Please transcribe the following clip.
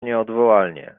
nieodwołalnie